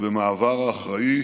ובמעבר אחראי